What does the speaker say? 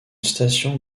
station